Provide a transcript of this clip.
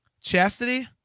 chastity